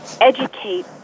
educate